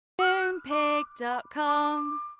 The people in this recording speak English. Moonpig.com